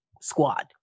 squad